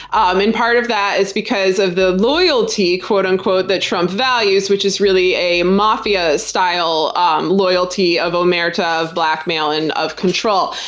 um and part of that is because of the loyalty, quote unquote, that trump values, which is really a mafia-style um loyalty of omerta, of blackmail, and of control.